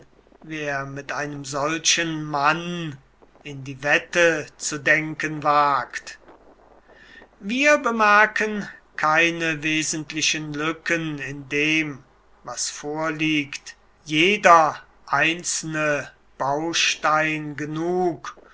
wer mit einem solchen mann in die wette zu denken wagt wir bemerken keine wesentlichen lücken in dem was vorliegt jeder einzelne baustein genug